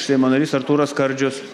seimo narys artūras skardžius